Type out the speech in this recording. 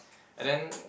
and then